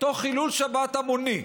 תוך חילול שבת המוני.